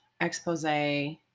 expose